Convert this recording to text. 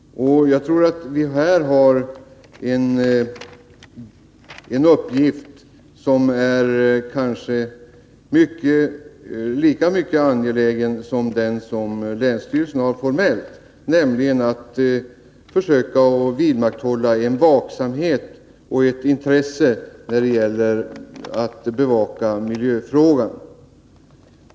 Jag tror att det är en uppgift som är lika angelägen som den som länsstyrelsen har formellt, nämligen att vidmakthålla en vaksamhet och ett intresse för miljöfrågorna.